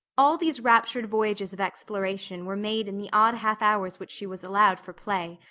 all these raptured voyages of exploration were made in the odd half hours which she was allowed for play,